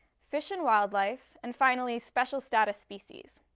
fish and wildlife, and, finally, special status species.